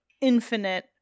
infinite